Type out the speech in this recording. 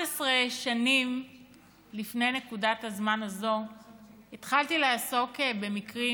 11 שנים לפני נקודת הזמן הזו התחלתי לעסוק במקרים